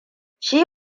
shi